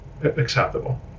acceptable